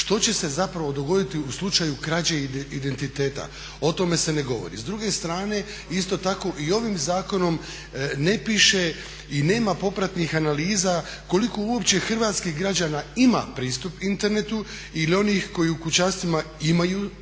Što će se zapravo dogoditi u slučaju krađe identiteta? O tome se ne govori. S druge strane isto tako i ovim zakonom ne piše i nema popratnih analiza koliko uopće hrvatskih građana ima pristup internetu ili onih koji u kućanstvima imaju pristup,